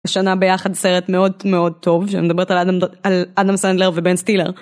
שנה ביחד סרט מאוד מאוד טוב שמדברת על אדם סנדלר ובן סטילר.